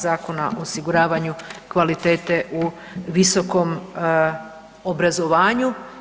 Zakona o osiguravanju kvalitete u visokom obrazovanju.